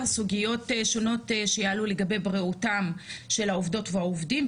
סוגיות שונות שיעלו לגבי בריאותם של העובדות והעובדים,